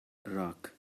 rock